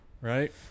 right